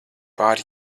pār